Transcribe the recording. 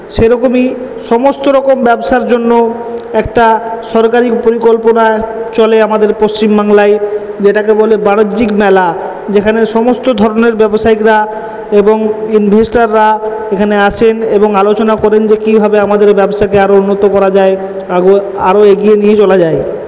সেরকমই সমস্তরকম ব্যবসার জন্য একটা সরকারি পরিকল্পনায় চলে আমাদের পশ্চিমবাংলায় যেটাকে বলে বাণিজ্যিক মেলা যেখানে সমস্ত ধরনের ব্যবসায়িকরা এবং ইনভেস্টররা এখানে আসেন এবং আলোচনা করেন যে কিভাবে আমাদের ব্যবসাকে উন্নত করা যায় আরো নিয়ে চলা যায়